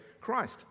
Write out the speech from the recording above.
Christ